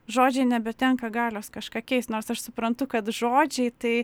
žodžiai nebetenka galios kažką keist nors aš suprantu kad žodžiai tai